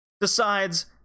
decides